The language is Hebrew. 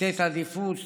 לתת עדיפות